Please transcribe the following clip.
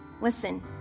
Listen